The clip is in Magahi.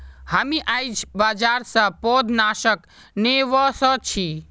हामी आईझ बाजार स पौधनाशक ने व स छि